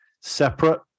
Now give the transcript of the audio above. separate